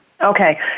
okay